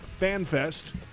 FanFest